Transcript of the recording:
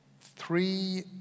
three